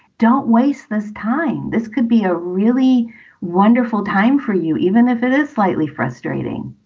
don't waste this time. this could be a really wonderful time for you, even if it is slightly frustrating.